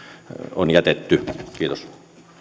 on jätetty kiitos